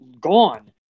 gone